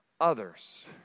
others